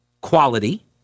quality